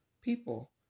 people